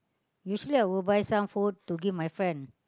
usually I will buy some food to give my friend